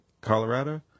Colorado